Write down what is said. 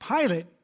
Pilate